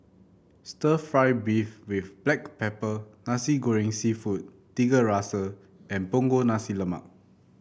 stir fry beef with Black Pepper Nasi Goreng seafood Tiga Rasa and Punggol Nasi Lemak